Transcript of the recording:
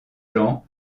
jean